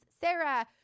Sarah